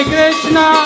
Krishna